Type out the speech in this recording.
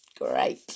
Great